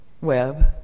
web